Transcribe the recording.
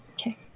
Okay